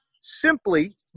simply